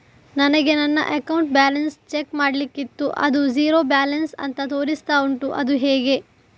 ನನಗೆ ನನ್ನ account balance check ಮಾಡ್ಲಿಕ್ಕಿತ್ತು ಅದು ಝೀರೋ ಬ್ಯಾಲೆನ್ಸ್ ಅಂತ ತೋರಿಸ್ತಾ ಉಂಟು ಅದು ಹೇಗೆ?